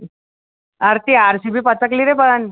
अरे ती आर सी बी पचकली रे पण